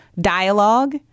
dialogue